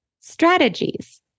strategies